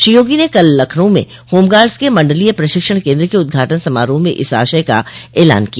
श्री योगी ने कल लखनऊ में होमगार्ड्स के मंडलीय प्रशिक्षण केन्द्र के उद्घाटन समारोह में इस आशय का ऐलान किया